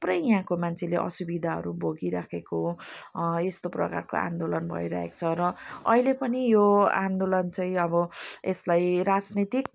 थुप्रै यहाँको मान्छेले असुविधाहरू भोगिराखेको यस्तो प्रकारको आन्दोलन भइराखेको छ र अहिले पनि यो आन्दोलन चाहिँ अब यसलाई राजनीतिक